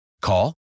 Call